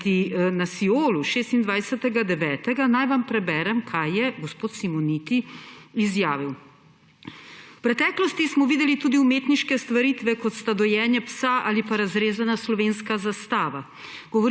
kajti na Siolu, 26. 9., naj vam preberem, kaj je gospod Simoniti izjavil. »V preteklosti smo videli tudi umetniške stvarite, kot sta dojenje psa ali pa razrezana slovenska zastava.